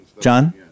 John